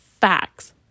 facts